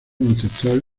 ancestral